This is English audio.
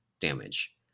damage